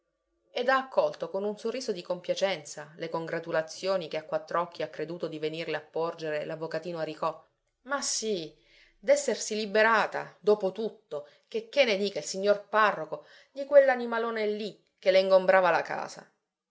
ed ha accolto con un sorriso di compiacenza le congratulazioni che a quattr'occhi ha creduto di venirle a porgere l'avvocatino aricò ma sì d'essersi liberata dopo tutto checché ne dica il signor parroco di quell'animalone lì che le ingombrava la casa